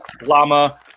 Llama